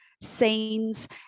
scenes